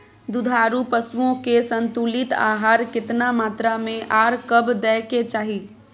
दुधारू पशुओं के संतुलित आहार केतना मात्रा में आर कब दैय के चाही?